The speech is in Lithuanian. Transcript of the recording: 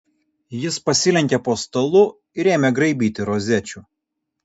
jis pasilenkė po stalu ir ėmė graibyti rozečių